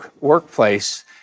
workplace